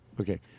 Okay